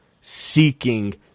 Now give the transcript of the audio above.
seeking